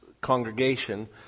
congregation